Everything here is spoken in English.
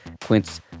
Quince